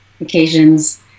occasions